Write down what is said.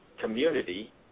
community